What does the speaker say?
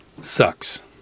sucks